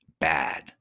Bad